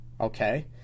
Okay